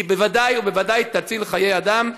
היא בוודאי ובוודאי תציל חיי אדם.